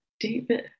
David